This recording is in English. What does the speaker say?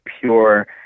pure